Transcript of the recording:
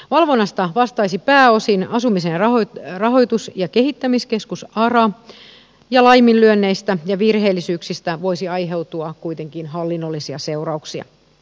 valvonnasta vastaisi pääosin asumisen rahoitus ja kehittämiskeskus ara ja laiminlyönneistä ja virheellisyyksistä voisi aiheutua kuitenkin hallinnollisia seurauksia